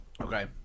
Okay